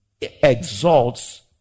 exalts